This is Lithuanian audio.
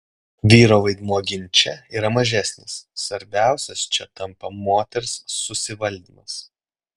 vyro vaidmuo ginče yra mažesnis svarbiausias čia tampa moters susivaldymas